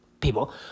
People